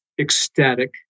ecstatic